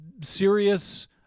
serious